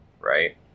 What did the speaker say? right